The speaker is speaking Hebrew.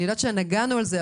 אני יודעת שנגענו בזה,